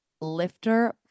Lifter